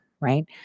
right